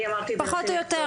אני אמרתי -- פחות או יותר,